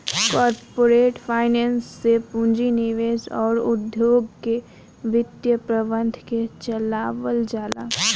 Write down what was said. corporate finance से पूंजी निवेश अउर उद्योग के वित्त प्रबंधन के चलावल जाला